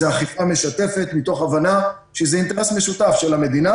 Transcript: זו אכיפה משתפת מתוך הבנה שזה אינטרס משותף של המדינה